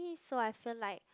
so I feel like